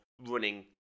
running